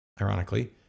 ironically